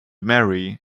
mary